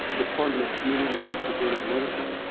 department of community health preventive medicine,